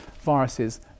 viruses